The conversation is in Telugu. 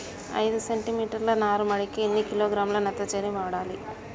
ఐదు సెంటిమీటర్ల నారుమడికి ఎన్ని కిలోగ్రాముల నత్రజని వాడాలి?